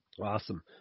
Awesome